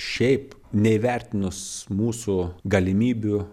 šiaip neįvertinus mūsų galimybių